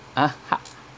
ah ha~